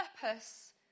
purpose